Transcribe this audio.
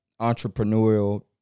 entrepreneurial